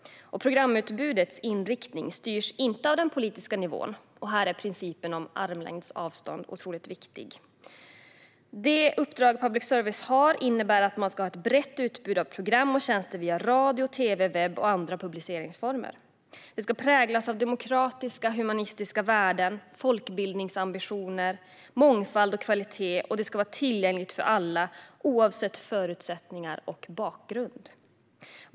Programutbudets inriktning styrs inte av den politiska nivån. Principen om armlängds avstånd är här otroligt viktig. Det uppdrag public service har innebär att man ska ha ett brett utbud av program och tjänster via radio, tv, webb och andra publiceringsformer. Det ska präglas av demokratiska och humanistiska värden, folkbildningsambitioner, mångfald och kvalitet, och det ska vara tillgängligt för alla oavsett förutsättningar och bakgrund.